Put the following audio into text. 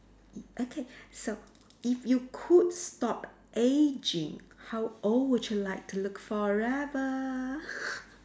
i~ okay so if you could stop aging how old would you like to look forever